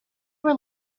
were